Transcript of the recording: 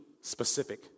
specific